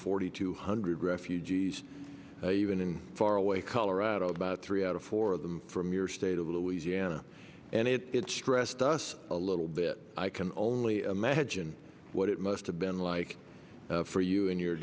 forty two hundred refugees even in faraway colorado about three out of four of them from your state of louisiana and it stressed us a little bit i can only imagine what it must have been like for you in your